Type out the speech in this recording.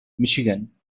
michigan